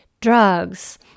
Drugs